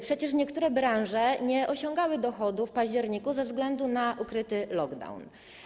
Przecież niektóre branże nie osiągały dochodów w październiku ze względu na ukryty lockdown.